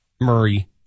Murray